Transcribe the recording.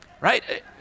Right